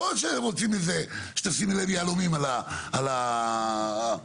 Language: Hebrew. לא שהם רוצים שתשימי להם יהלומים על הגגות,